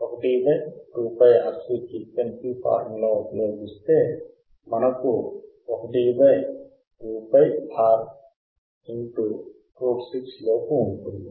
1 2πRC frequency formula ఉపయోగిస్టె మనకు 1 2πR√6 లోపు ఉంటుంది